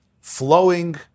flowing